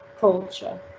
culture